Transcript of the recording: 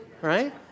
Right